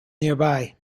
nearby